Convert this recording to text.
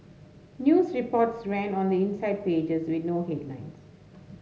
news reports ran on the inside pages with no headlines